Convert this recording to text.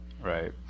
Right